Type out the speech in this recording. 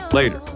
later